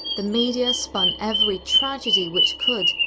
the media spun every tragedy which could,